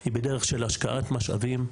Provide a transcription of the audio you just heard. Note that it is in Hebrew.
היא בדרך של השקעת משאבים,